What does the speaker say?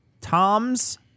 Tom's